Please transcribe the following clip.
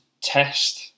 test